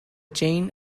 chain